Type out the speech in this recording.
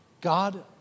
God